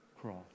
cross